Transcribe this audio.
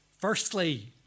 Firstly